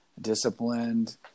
disciplined